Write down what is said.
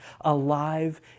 alive